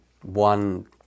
one